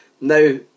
Now